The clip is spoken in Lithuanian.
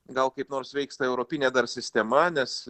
gal kaip nors veiks ta europinė dar sistema nes